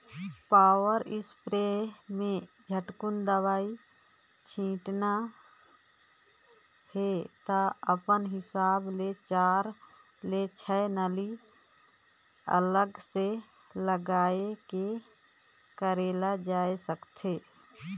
power sprayer में झटकुन दवई छिटना हे त अपन हिसाब ले चार ले छै नली अलग से लगाये के करल जाए सकथे